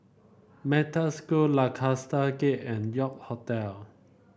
Metta School Lancaster Gate and York Hotel